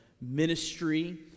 ministry